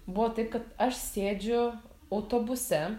buvo taip kad aš sėdžiu autobuse